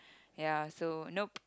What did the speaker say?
ya so nope